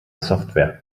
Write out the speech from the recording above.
software